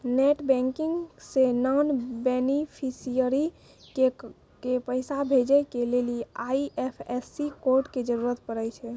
net banking से non beneficiary के पैसा भेजै के लेली आई.एफ.एस.सी कोड के जरूरत पड़ै छै